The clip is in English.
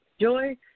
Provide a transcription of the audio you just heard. Joy